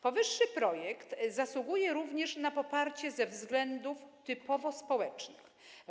Powyższy projekt zasługuje również na poparcie ze względów typowo społecznych.